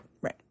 right